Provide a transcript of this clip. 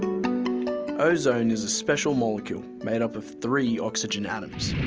ozone is a special molecule made up of three oxygen atoms.